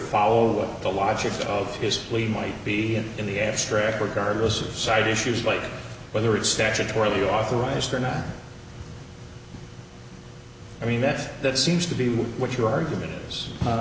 follow the logic of his plea might be in the abstract regardless of side issues like whether it's statutorily authorized or not i mean that that seems to be what your argument